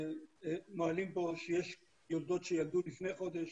מעלים פה שיש יולדות שילדו לפני חודש,